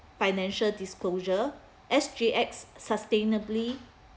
financial disclosure S_G_X sustainably